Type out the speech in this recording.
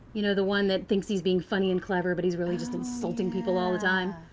you know the one that thinks he's being funny and clever, but he's really just insulting people all the time?